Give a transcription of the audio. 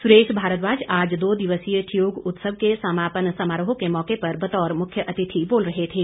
सुरेश भारद्वाज आज दो दिवसीय ठियोग उत्सव के समापन समारोह के मौके पर बतौर मुख्य अतिथि बोल रहे थे